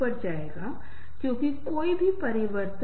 ओह वह मदद कर सकता है और हम उस विशेष आंदोलन में बहुत राहत महसूस करते हैं